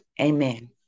amen